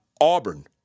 auburn